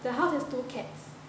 the house has two cats